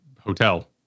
hotel